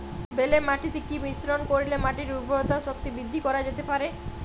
বেলে মাটিতে কি মিশ্রণ করিলে মাটির উর্বরতা শক্তি বৃদ্ধি করা যেতে পারে?